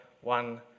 one